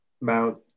Mount